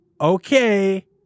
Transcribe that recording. Okay